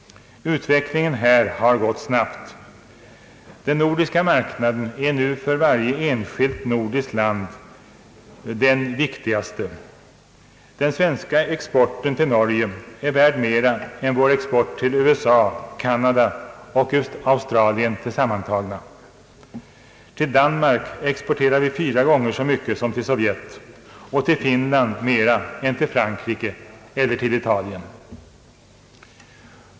Utvecklingen har härvidlag gått snabbt. Den nordiska marknaden är nu för varje enskilt nordiskt land den viktigaste. Den svenska exporten till Norge är värd mer än vår export till USA, Kanada och Australien tillsammans. Till Danmark exporterar vi fyra gånger så mycket som till Sovjet och till Finland mer än till Frankrike eller till Italien.